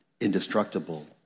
indestructible